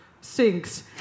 sinks